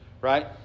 Right